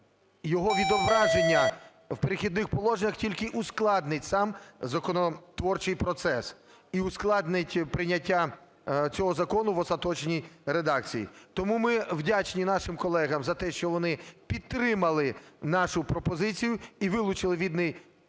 його відображення в "Перехідних положеннях" тільки ускладнить сам законотворчий процес і ускладнить прийняття цього закону в остаточній редакції. Тому ми вдячні нашим колегам за те, що вони підтримали нашу пропозицію і вилучили відповідний